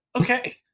Okay